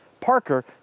Parker